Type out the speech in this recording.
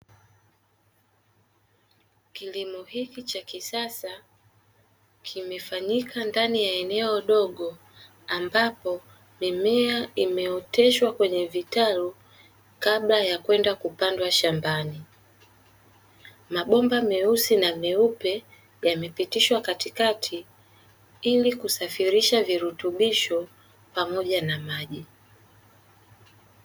Kilimo hiki cha kisasa kimefanyika katika eneo dogo, ambapo mimea imeoteshwa kwenye vitalu kabla ya kwenda kupandwa shambani. Mabomba meusi na meupe yamepitishwa katikati ili kusafirisha virutubisho pamoja na maji.